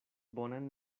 bonan